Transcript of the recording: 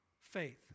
faith